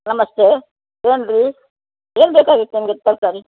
ನಮಸ್ತೇ ಏನು ರೀ ಏನು ಬೇಕಾಗಿತ್ತು ನಿಮಗೆ ತರಕಾರಿ